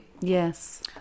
yes